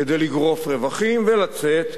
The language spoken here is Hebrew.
כדי לגרוף רווחים ולצאת,